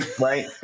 right